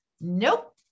nope